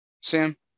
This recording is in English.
Sam